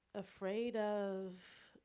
afraid of?